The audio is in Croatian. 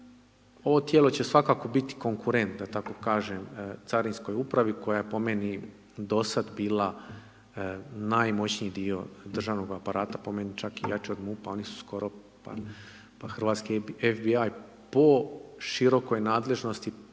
Ovo tijelo će svakako biti konkurentno da tako kažem, Carinskoj upravi koja je po meni do sada bila najmoćniji dio državnog aparata, po meni čak i jači od MUP-a, oni su skoro pa hrvatski FBI po širokoj nadležnosti,